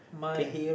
K